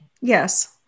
Yes